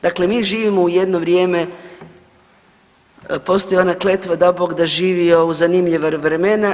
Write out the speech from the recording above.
Dakle, mi živimo u jedno vrijeme, postoji ona kletva dao Bog da živio u zanimljiva vremena.